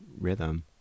rhythm